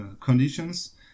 conditions